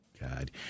God